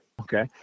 Okay